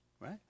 right